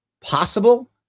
possible